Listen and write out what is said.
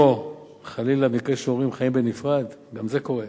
או חלילה במקרה שההורים חיים בנפרד, גם זה קורה,